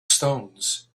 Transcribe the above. stones